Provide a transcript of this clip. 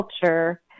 culture